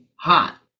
hot